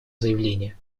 заявление